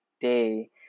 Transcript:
day